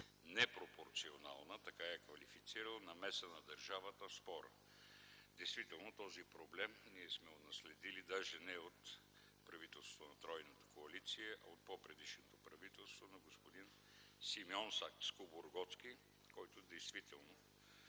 непропорционална – така е квалифицирал – намеса на държавата в спора. Действително този проблем ние сме унаследили даже не и от правителството на тройната коалиция, а от по-предишното правителство – на господин Симеон Сакскобургготски, който действително